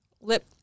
lip